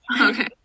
Okay